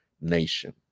nation